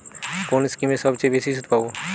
কোন স্কিমে সবচেয়ে বেশি সুদ পাব?